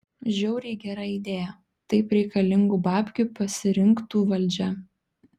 žiauriai gera idėja taip reikalingų babkių pasirinktų valdžia